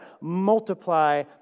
Multiply